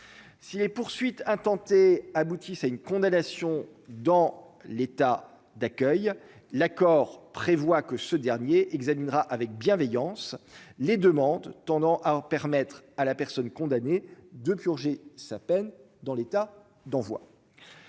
Si les poursuites intentées aboutisse à une condamnation dans l'état d'accueil, l'accord prévoit que ce dernier examinera avec bienveillance les demandes tendant à permettre à la personne condamnée de purger sa peine dans l'état d'envoi